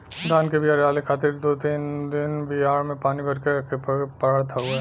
धान के बिया डाले खातिर दू तीन दिन बियाड़ में पानी भर के रखे के पड़त हउवे